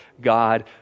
God